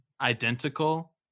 Identical